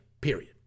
period